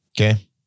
Okay